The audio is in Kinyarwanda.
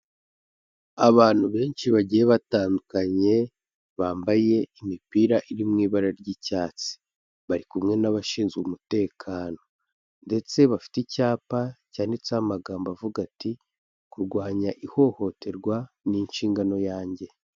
Abantu benshi bagiye batandukanye bambaye imipira iri mu ibara ry'icyatsi, bari kumwe n'abashinzwe umutekano, ndetse bafite icyapa cyanditseho amagambo avuga ati kurwanya ihohoterwa ni inshingano yanjye.